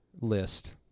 list